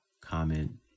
comment